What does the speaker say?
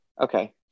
Okay